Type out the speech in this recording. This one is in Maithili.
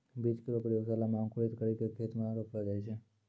बीज केरो प्रयोगशाला म अंकुरित करि क खेत म रोपलो जाय छै